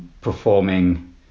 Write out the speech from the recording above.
performing